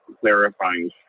clarifying